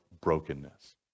brokenness